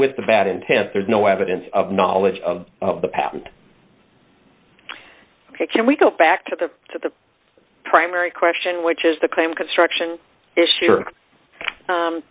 with the bad intent there's no evidence of knowledge of the patent can we go back to the to the primary question which is the claim construction issue